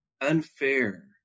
unfair